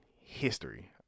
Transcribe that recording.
history